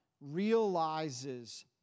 realizes